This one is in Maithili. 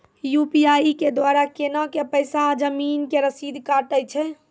यु.पी.आई के द्वारा केना कऽ पैसा जमीन के रसीद कटैय छै?